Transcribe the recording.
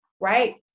Right